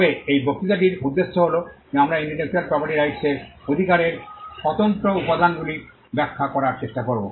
তবে এই বক্তৃতাটির উদ্দেশ্যেহলো যে আমরা ইন্টেলেকচুয়াল প্রপার্টি রাইটসর অধিকারের স্বতন্ত্র উপাদানগুলি ব্যাখ্যা করার চেষ্টা করব